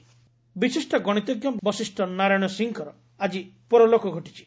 ବଶିଷ୍ଟ ପାସଡ୍ ବିଶିଷ୍ଟ ଗଣିତଜ୍ଞ ବଶିଷ୍ଟ ନାରାୟଣ ସିଂହଙ୍କର ଆଜି ପରଲୋକ ଘଟିଛି